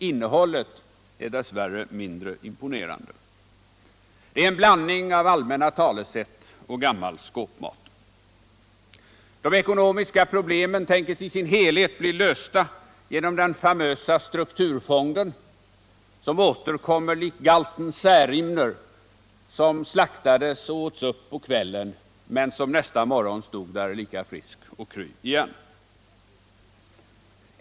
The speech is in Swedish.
Innehållet är dess värre mindre imponerande. Det är en blandning av allmänna talesätt och gammal skåpmat. De ckonomiska problemen tänkes i sin helhet bli lösta genom den famösa strukturfonden som återkommer likt galten Särimner, som slaktades och åts upp på kvällen men nästa morgon stod där lika frisk och kry igen.